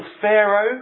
Pharaoh